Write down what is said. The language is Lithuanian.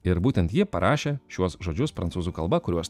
ir būtent ji parašė šiuos žodžius prancūzų kalba kurios